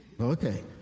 okay